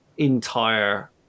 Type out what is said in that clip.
entire